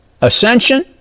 ascension